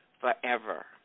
forever